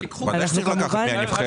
ודאי שצריך לקחת מהנבחרת,